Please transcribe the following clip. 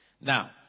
Now